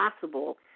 possible